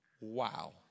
wow